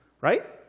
right